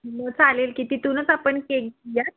मग चालेल की तिथूनच आपण केक